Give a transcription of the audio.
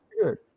good